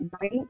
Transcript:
right